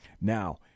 Now